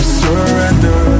surrender